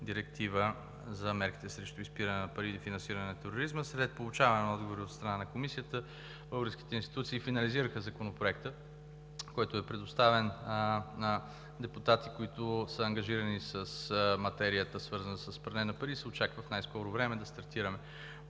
директива за мерките срещу изпиране на пари и финансиране на тероризма. След получаване на отговори от страна на Комисията българските институции финализираха Законопроекта, с който е предоставен на депутати, които са ангажирани с материята, свързана с пране на пари, и се очаква в най-скоро време да стартираме